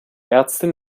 ärztin